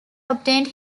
obtained